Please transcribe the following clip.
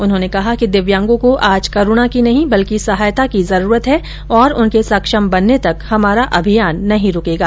उन्होंने कहा कि दिव्यांगों को आज करुणा की नहीं बल्कि सहायता की जरूरत है और उनके सक्षम बनने तक हमारा अभियान नहीं रुकेगा